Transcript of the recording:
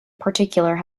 particular